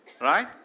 Right